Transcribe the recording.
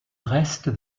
reste